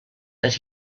that